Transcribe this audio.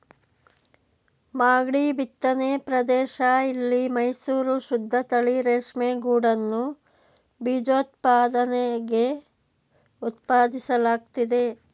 ಮಾಗ್ಡಿ ಬಿತ್ತನೆ ಪ್ರದೇಶ ಇಲ್ಲಿ ಮೈಸೂರು ಶುದ್ದತಳಿ ರೇಷ್ಮೆಗೂಡನ್ನು ಬೀಜೋತ್ಪಾದನೆಗೆ ಉತ್ಪಾದಿಸಲಾಗ್ತಿದೆ